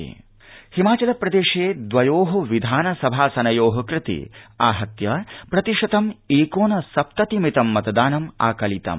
हिमाचल उपनिर्वाचनम् हिमाचल प्रदेशे द्वयो विधानसभासनयो कृते आहत्य प्रतिशतम् एकोनसप्तति मितं मतदानम् आकलितम्